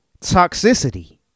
toxicity